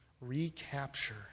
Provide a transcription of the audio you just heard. recapture